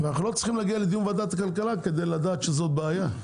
אנחנו לא צריכים להגיע לדיון בוועדת כלכלה כדי לדעת שזאת בעיה.